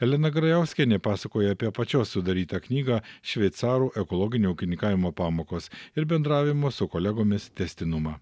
elena grajauskienė pasakoja apie pačios sudarytą knygą šveicarų ekologinio ūkinykavimo pamokos ir bendravimo su kolegomis tęstinumą